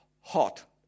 hot